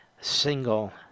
single